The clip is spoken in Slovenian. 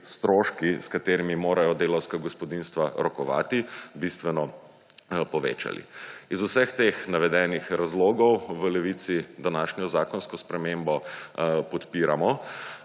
stroški, s katerimi morajo delavska gospodinjstva rokovati, bistveno povečali. Iz vseh teh navedenih razlogov v Levici današnjo zakonsko spremembo podpiramo.